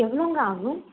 எவ்வளோங்க ஆகும்